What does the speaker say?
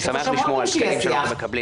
אני שמח לשמוע על תקנים שאנחנו מקבלים